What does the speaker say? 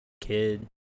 kid